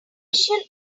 initial